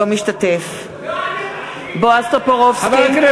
אינו משתתף בהצבעה בועז טופורובסקי,